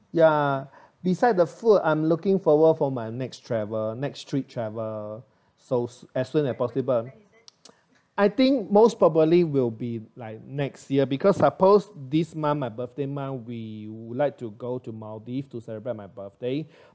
ya beside the food I'm looking forward for my next travel next trip travel so as soon as possible I think most probably will be like next year because suppose this month my birthday month we would like to go to maldives to celebrate my birthday